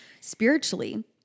spiritually